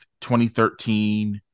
2013